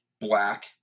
Black